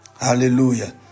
Hallelujah